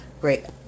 great